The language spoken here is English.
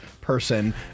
person